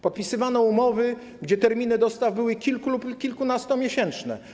Podpisywano umowy, gdzie terminy dostaw były kilku- lub kilkunastomiesięczne.